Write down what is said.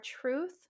truth